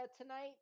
tonight